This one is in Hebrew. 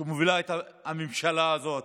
שמובילה הממשלה הזאת,